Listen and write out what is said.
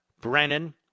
Brennan